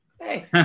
Hey